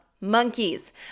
monkeys